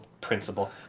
principle